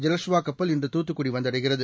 ஜலஷ்வா கப்பல் இன்று தூத்துக்குடி வந்தடைகிறது